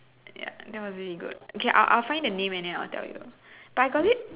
ya that was really good okay I'll I'll find the name and then I'll tell you but I got it